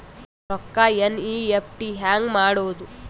ರೊಕ್ಕ ಎನ್.ಇ.ಎಫ್.ಟಿ ಹ್ಯಾಂಗ್ ಮಾಡುವುದು?